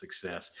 success